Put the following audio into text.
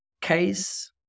case